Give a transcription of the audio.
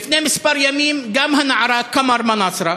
לפני כמה ימים גם הנערה קמר מנאסרה,